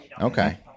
Okay